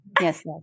Yes